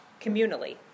communally